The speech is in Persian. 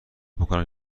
بکـنم